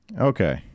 Okay